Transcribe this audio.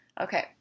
Okay